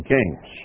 Kings